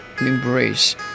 embrace